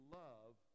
love